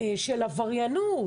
של עבריינות,